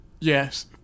Yes